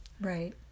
right